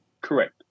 Correct